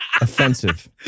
Offensive